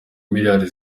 miliyari